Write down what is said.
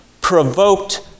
provoked